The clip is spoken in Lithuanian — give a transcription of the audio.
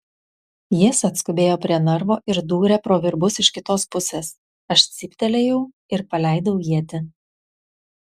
jis atskubėjo prie narvo ir dūrė pro virbus iš kitos pusės aš cyptelėjau ir paleidau ietį